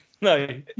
no